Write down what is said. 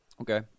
Okay